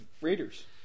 Raiders